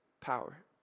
power